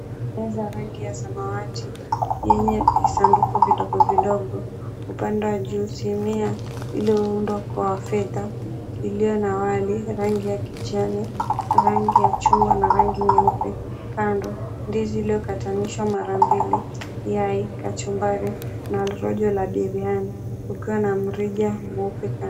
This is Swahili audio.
Meza ya rangi ya samawati yenye visanduku vidogo vidogo, upande wa juu sinia iliyoundwa kwa fedha, iliyo na wali rangi ya kijani, rangi ya chungwa na rangi nyeupe kando. Ndizi iliyokatwa nishwa mara mbili, yai, kachumbari na rojo la biriani, ukiwa na mrija mweupe.